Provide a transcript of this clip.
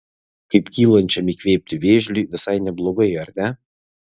kaip kylančiam įkvėpti vėžliui visai neblogai ar ne